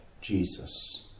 Jesus